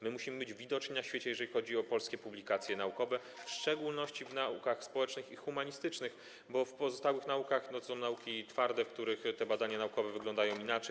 Musimy być widoczni na świecie, jeżeli chodzi o polskie publikacje naukowe, w szczególności w naukach społecznych i humanistycznych, bo pozostałe nauki to są nauki twarde, w których badania naukowe wyglądają inaczej.